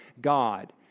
God